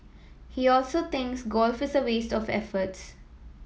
he also thinks golf is a waste of effort